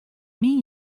myn